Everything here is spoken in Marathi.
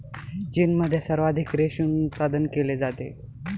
चीनमध्ये सर्वाधिक रेशीम उत्पादन केले जाते